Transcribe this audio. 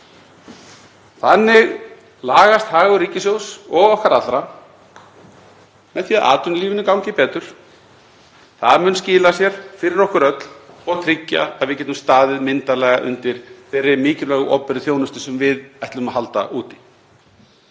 Þannig lagast hagur ríkissjóðs og okkar allra með því að atvinnulífinu gangi betur. Það mun skila sér fyrir okkur öll og tryggja að við getum staðið myndarlega undir þeirri mikilvægu opinberu þjónustu sem við ætlum að halda úti.